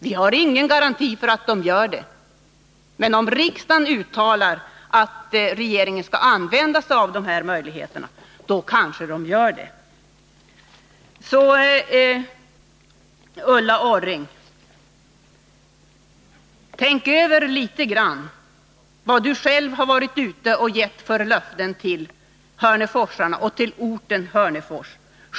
Vi har ingen garanti för att den gör det, men om riksdagen uttalar att regeringen skall använda sig av de möjligheterna kanske den gör det. Jag tycker att Ulla Orring skall tänka över vilka löften hon har varit ute och gett till hörneforsborna och orten Hörnefors.